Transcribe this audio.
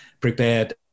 prepared